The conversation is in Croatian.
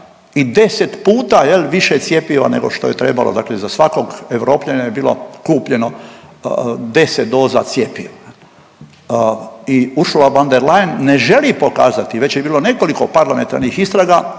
i 10 puta više cjepiva nego što je trebalo. Dakle za svakog Europljanina je bilo kupljeno 10 doza cjepiva. I Ursula von der Leyen ne želi pokazati, već je bilo nekoliko parlamentarnih istraga